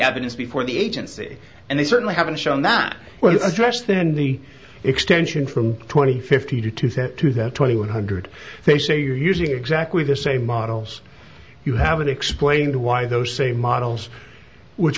evidence before the agency and they certainly haven't shown that well stretched then the extension from twenty fifty to two thousand to that twenty one hundred they say you're using exactly the same models you haven't explained why those same models which